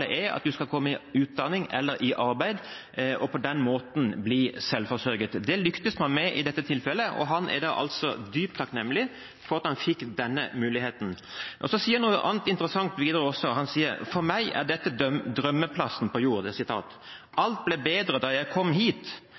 er at du skal komme i utdanning eller i arbeid og på den måten bli selvforsørget. Det lyktes man med i dette tilfellet. Han er dypt takknemlig for at han fikk denne muligheten. Så sier han videre noe annet interessant: «For meg er det drømmeplassen på jord. Alt ble bedre da jeg kom hit.